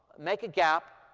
make a gap,